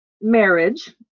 marriage